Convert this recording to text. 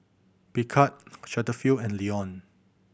Picard Cetaphil and Lion